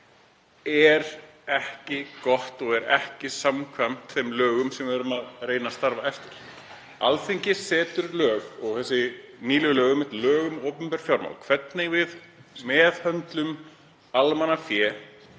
er ekki gott og ekki samkvæmt þeim lögum sem við erum að reyna að starfa eftir. Alþingi setur lög og nýleg lög um opinber fjármál, lög um hvernig við meðhöndlum almannafé,